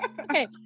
okay